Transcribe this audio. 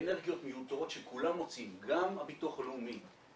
אנרגיות מיותרות שכולם מוציאים: גם הביטוח הלאומי,